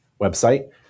website